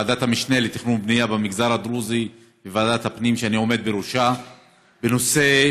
באמת, גברתי המזכירה, בואי נבדוק איפה השרים שלנו.